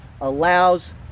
allows